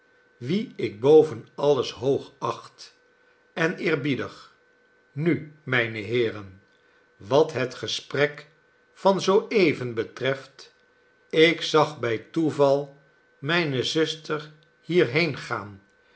wien ik boven alles hoogacht en eerbiedig nu mijne heeren wat het gesprekvan zoo even betreft ik zag bij toeval mijne zuster hierheen gaan